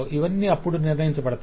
ఇవన్నీ అప్పుడు నిర్ణయించబడతాయి